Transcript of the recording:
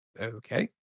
Okay